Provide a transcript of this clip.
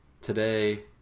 today